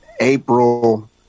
April